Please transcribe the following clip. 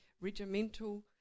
regimental